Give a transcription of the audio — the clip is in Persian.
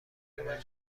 نمیاد